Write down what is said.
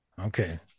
Okay